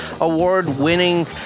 Award-winning